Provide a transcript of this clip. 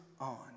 on